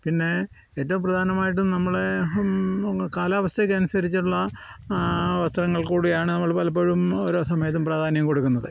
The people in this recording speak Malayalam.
പിന്നെ ഏറ്റവും പ്രധാനമായിട്ടും നമ്മളെ കാലാവസ്ഥയ്ക്ക് അനുസരിച്ചുള്ള വസ്ത്രങ്ങൾ കൂടിയാണ് നമ്മൾ പലപ്പോഴും ഓരോ സമയത്തും പ്രാധാന്യം കൊടുക്കുന്നത്